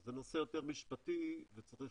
זה נושא יותר משפטי וצריך